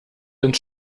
ins